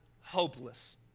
hopeless